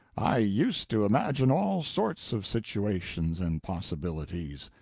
i used to imagine all sots of situations and possibilities.